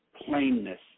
plainness